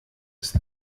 ist